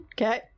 Okay